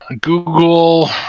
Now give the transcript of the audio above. Google